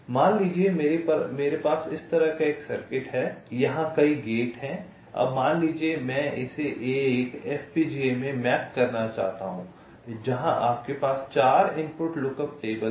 मान लीजिए कि मेरे पास इस तरह का एक सर्किट है यहां कई गेट हैं अब मान लीजिए कि मैं इसे एक FPGA में मैप करना चाहता हूं जहां आपके पास 4 इनपुट लुकअप टेबल हैं